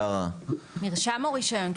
מרשם או רישיון?